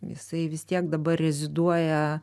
jisai vis tiek dabar reziduoja